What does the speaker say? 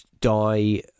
die